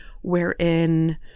wherein